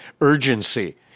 urgency